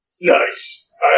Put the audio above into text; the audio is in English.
Nice